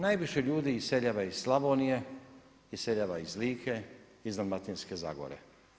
Najviše ljudi iseljava iz Slavonije, iseljava iz Like, iz Dalmatinske zagore.